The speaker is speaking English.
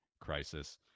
crisis